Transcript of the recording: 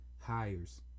hires